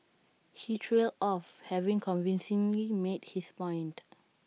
he trailed off having convincingly made his point